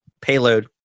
payload